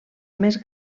més